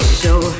show